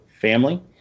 family